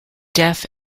deaf